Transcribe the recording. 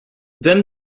then